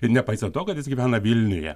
ir nepaisant to kad jis gyvena vilniuje